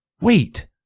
Wait